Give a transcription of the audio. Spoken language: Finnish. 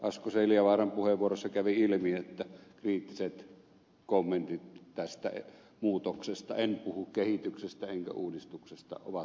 asko seljavaaran puheenvuorosta kävi ilmi että kriittiset kommentit tästä muutoksesta en puhu kehityksestä enkä uudistuksesta ovat paikallaan